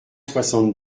soixante